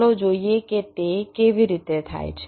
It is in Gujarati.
ચાલો જોઈએ કે તે કેવી રીતે થાય છે